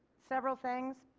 several things,